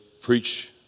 preach